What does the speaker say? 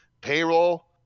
payroll